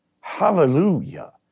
Hallelujah